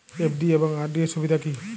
FD এবং RD এর সুবিধা কী?